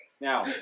Now